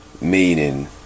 meaning